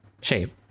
shape